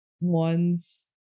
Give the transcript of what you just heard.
ones